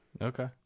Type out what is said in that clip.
Okay